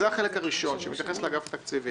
זה החלק הראשון שמתייחס לאגף התקציבים.